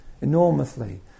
enormously